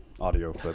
audio